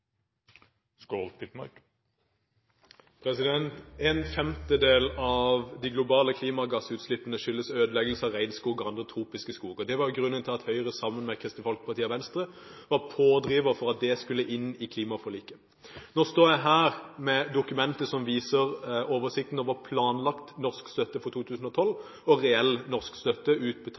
En femtedel av de globale klimagassutslippene skyldes ødeleggelse av regnskog og andre tropiske skoger. Det var grunnen til at Høyre sammen med Kristelig Folkeparti og Venstre var pådrivere for at dette skulle inn i klimaforliket. Nå står jeg her med dokumentet som viser oversikten over planlagt norsk støtte for 2012 og reell norsk støtte